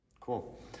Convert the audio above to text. Cool